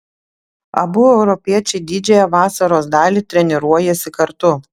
abu europiečiai didžiąją vasaros dalį treniruojasi kartu